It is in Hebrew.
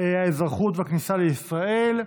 האזרחות והכניסה לישראל.